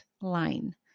line